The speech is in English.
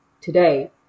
today